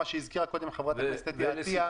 מה שהזכירה קודם חברת הכנסת אתי עטייה,